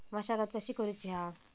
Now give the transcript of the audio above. मशागत कशी करूची हा?